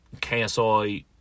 KSI